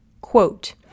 quote